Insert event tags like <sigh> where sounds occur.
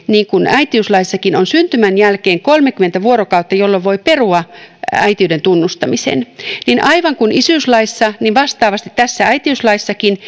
äitiyslaissakin on syntymän jälkeen kolmekymmentä vuorokautta jolloin voi perua äitiyden tunnustamisen aivan kuin isyyslaissa vastaavasti tässä äitiyslaissakin <unintelligible>